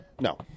No